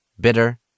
bitter